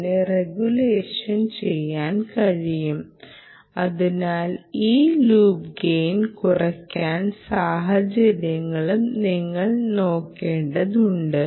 ഇതിന് റെഗുലേഷൻ ചെയ്യാൻ കഴിയും അതിനാൽ ഈ ലൂപ്പ് ഗെയിൽ കുറയ്ക്കുന്ന സാഹചര്യങ്ങളും നിങ്ങൾ നോക്കേണ്ടതുണ്ട്